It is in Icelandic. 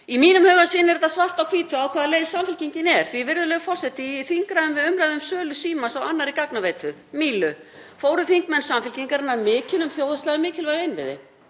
Í mínum huga sýnir þetta svart á hvítu á hvaða leið Samfylkingin er því, virðulegur forseti, í þingræðum við umræðu um sölu Símans á annarri gagnaveitu, Mílu, fóru þingmenn Samfylkingarinnar mikinn um þjóðhagslega mikilvæga innviði.